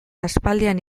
aspaldian